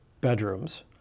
bedrooms